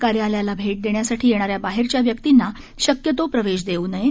कार्यालयाला भेट देण्यासाठी येणाऱ्या बाहेरच्या व्यक्तींना शक्यतो प्रवेश देऊ नये